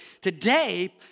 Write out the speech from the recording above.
today